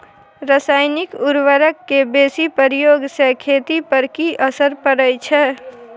रसायनिक उर्वरक के बेसी प्रयोग से खेत पर की असर परै छै?